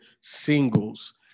singles